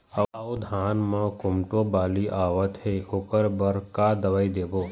अऊ धान म कोमटो बाली आवत हे ओकर बर का दवई देबो?